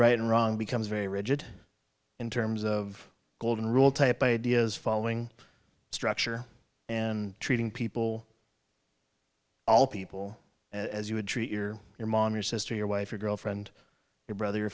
right and wrong becomes very rigid in terms of golden rule type ideas following structure and treating people all people as you would treat your your mom your sister your wife or girlfriend your brother your